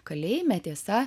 kalėjime tiesa